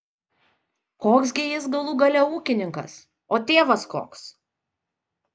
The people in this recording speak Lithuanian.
koks gi jis galų gale ūkininkas o tėvas koks